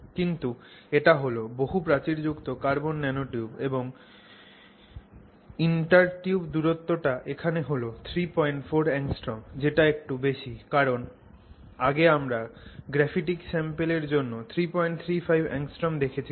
কিন্তু এটা হল বহু প্রাচীরযুক্ত কার্বন ন্যানোটিউব এবং ইন্টারটিউব দূরত্বটা এখানে হল 34 angstroms যেটা একটু বেশি কারণ আগে আমরা গ্রাফিটিক স্যাম্পলের জন্য 335 angstroms দেখেছিলাম